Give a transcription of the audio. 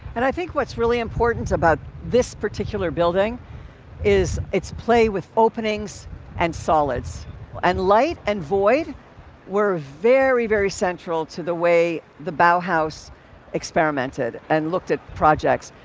and i think what's really important about this particular building is it's play with openings and solids and light and void were very, very central to the way the bow house experimented and looked at projects.